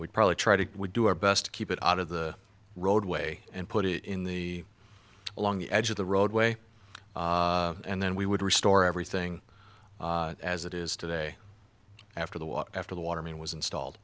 would probably try to do our best to keep it out of the roadway and put it in the along the edge of the roadway and then we would restore everything as it is today after the water after the water main was installed